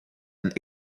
and